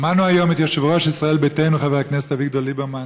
שמענו היום את יושב-ראש ישראל ביתנו חבר הכנסת אביגדור ליברמן,